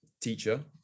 teacher